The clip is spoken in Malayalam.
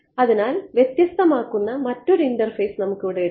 അതിനാൽ വ്യത്യസ്തമാക്കുന്ന മറ്റൊരു ഇന്റർഫേസ് നമുക്ക് ഇവിടെ എടുക്കാം